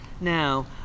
Now